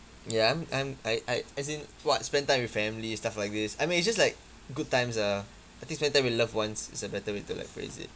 ya I'm I'm I I as in what spend time with family stuff like this I mean it's just like good times ah I think spend time with loved ones is a better way to like phrase it